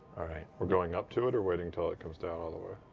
we're going up to it or waiting till it comes down all the way?